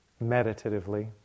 meditatively